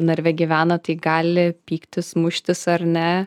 narve gyvena tai gali pyktis muštis ar ne